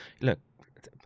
look